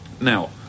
Now